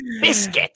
biscuit